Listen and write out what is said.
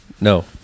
No